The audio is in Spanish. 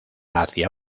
hacia